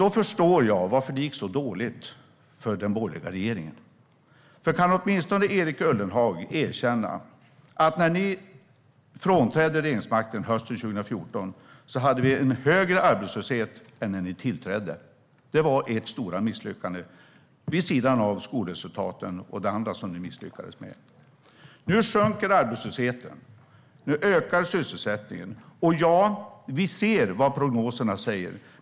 Då förstår jag varför det gick så dåligt för den borgerliga regeringen. Kan Erik Ullenhag åtminstone erkänna att vi, när ni frånträdde regeringsmakten hösten 2014, hade en högre arbetslöshet än när ni tillträdde? Det var ert stora misslyckande vid sidan av skolresultaten och det andra som ni misslyckades med. Nu sjunker arbetslösheten. Nu ökar sysselsättningen. Och, ja, vi ser vad prognoserna säger.